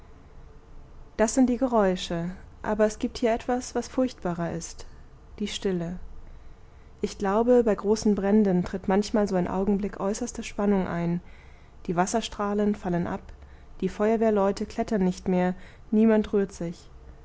das sind die geräusche aber es giebt hier etwas was furchtbarer ist die stille ich glaube bei großen bränden tritt manchmal so ein augenblick äußerster spannung ein die wasserstrahlen fallen ab die feuerwehrleute klettern nicht mehr niemand rührt sich